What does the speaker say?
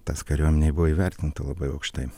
tas kariuomenėj buvo įvertinta labai aukštai